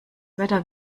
wetter